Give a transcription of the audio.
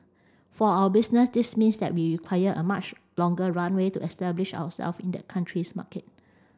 for our business this means that we require a much longer runway to establish ourselves in that country's market